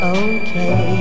okay